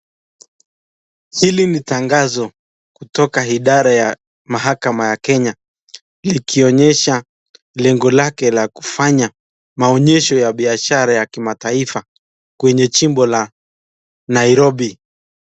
Hili ni tangazo kutoka idara ya mahakama ya kenya likionyesha lengo lake la kufanya maonyesho ya biashara ya kimataifa kwenye jimbo la Nairobi.